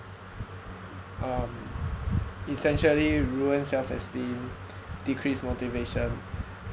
um essentially ruin self-esteem decrease motivation